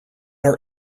our